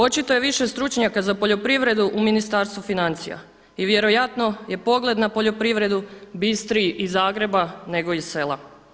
Očito je više stručnjaka za poljoprivredu u Ministarstvu financija i vjerojatno je pogled na poljoprivredu bistriji iz Zagreba nego iz sela.